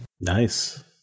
Nice